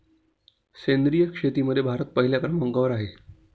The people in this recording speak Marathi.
सेंद्रिय शेतीमध्ये भारत पहिल्या क्रमांकावर आहे